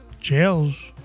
jails